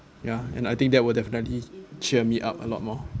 ya and I think that will definitely cheer me up a lot more